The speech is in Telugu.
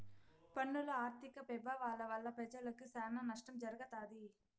పన్నుల ఆర్థిక పెభావాల వల్ల పెజలకి సానా నష్టం జరగతాది